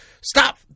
stop